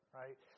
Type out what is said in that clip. right